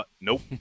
nope